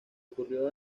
ocurrió